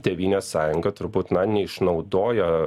tėvynės sąjunga turbūt na neišnaudoja